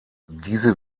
diese